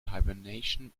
hibernation